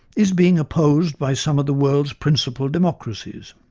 is being opposed by some of the world's principal democracies.